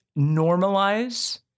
normalize